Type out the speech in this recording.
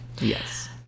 Yes